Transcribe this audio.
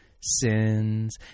sins